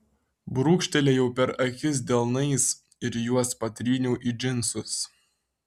brūkštelėjau per akis delnais ir juos patryniau į džinsus